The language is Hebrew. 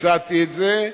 הצעתי את זה.